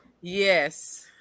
Yes